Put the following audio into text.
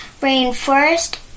Rainforest